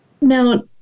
Now